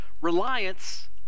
reliance